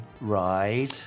Right